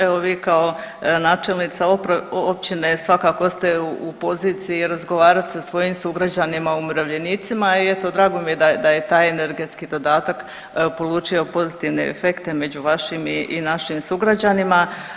Evo vi kao načelnica općine svakako ste u poziciji razgovarat sa svojim sugrađanima umirovljenicima i eto drago mi je da je taj energetski dodatak polučio pozitivne efekte među vašim i našim sugrađanima.